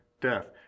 death